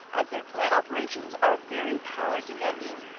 as their plant operations are very power-demanding.